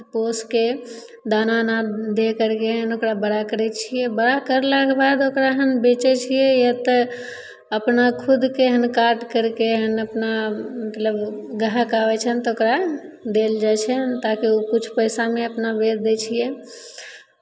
पोसि कऽ दाना आना आर दे करि कऽ ओकरा बड़ा करै छियै बड़ा करलाके बाद ओकरा हम बेचै छियै एतय अपना खुद के हम काट कर कऽ हम अपना मतलब गाहक आबै छनि तऽ ओकरा देल जाइ छै ताकि ओ किछु पैसामे अपना बेच दै छियै